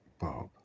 Bob